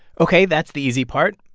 ok, that's the easy part.